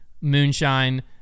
Moonshine